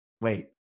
wait